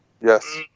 Yes